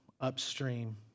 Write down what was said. upstream